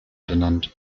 benannt